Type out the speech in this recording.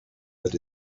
that